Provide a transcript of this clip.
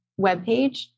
webpage